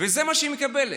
וזה מה שהיא מקבלת.